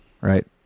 Right